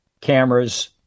cameras